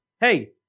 Hey